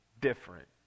different